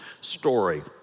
story